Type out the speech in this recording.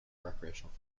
recreational